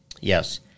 Yes